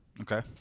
Okay